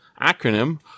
acronym